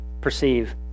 perceive